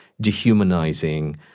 dehumanizing